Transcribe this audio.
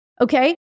okay